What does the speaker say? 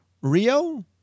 Rio